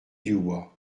dubois